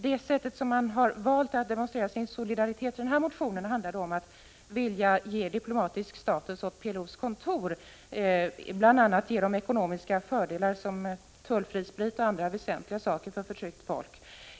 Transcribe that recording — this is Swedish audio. Det sätt på vilket man i den här motionen valt att demonstrera sin solidaritet är att man vill ge diplomatisk status åt PLO-kontoret och bl.a. ge det ekonomiska fördelar som tullfri sprit och andra väsentliga saker för ett förtryckt folk.